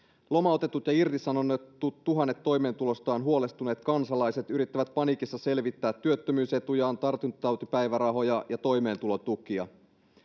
lomautetut ja irtisanotut tuhannet toimeentulostaan huolestuneet kansalaiset yrittävät paniikissa selvittää työttömyysetujaan tartuntatautipäivärahoja ja toimeentulotukia